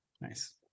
nice